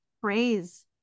praise